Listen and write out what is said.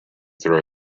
through